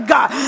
God